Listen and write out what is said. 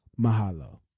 mahalo